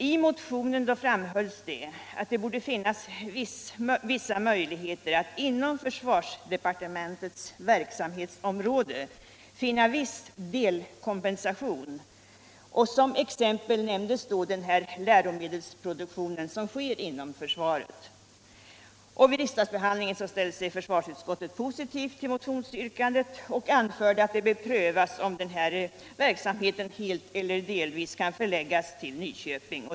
I motionen framhölls att det borde vara möjligt att inom försvarsdepartementets verksamhetsområde finna viss delkompensation. Som exempel nämndes den läromedelsproduktion som sker inom försvaret. Vid riksdagsbehandlingen ställde sig försvarsutskottet positivt till motionsyrkandet och anförde att det bör prövas om läromedelsproduktionen helt eller delvis kan förläggas till Nyköping.